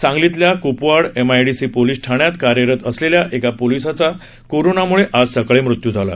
सांगलीतल्या Kupwad MIDC police ठाण्यात कार्यरत असलेल्या एका पोलिसाचा कोरोनामुळे आज सकाळी मृत्यू झाला